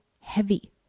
heavy